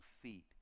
feet